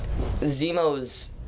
Zemo's